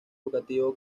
educativo